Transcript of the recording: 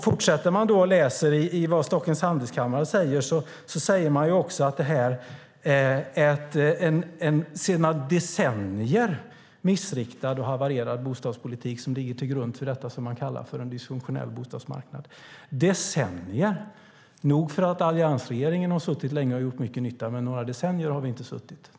Fortsätter man att läsa Stockholms Handelskammares rapport ser man att det står att det är en sedan decennier missriktad och havererad bostadspolitik som ligger till grund för detta som man kallar för en dysfunktionell bostadsmarknad. Decennier! Nog för att alliansregeringen har suttit länge och gjort mycket nytta, men några decennier har vi inte suttit.